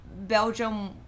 Belgium